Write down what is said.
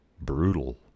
brutal